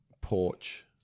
Porch